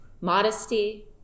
modesty